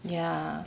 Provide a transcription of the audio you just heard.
ya